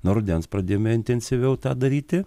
nuo rudens pradėjome intensyviau tą daryti